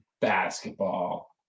basketball